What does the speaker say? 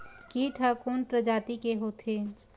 कीट ह कोन प्रजाति के होथे?